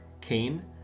Cain